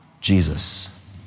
Jesus